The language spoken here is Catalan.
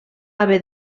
haver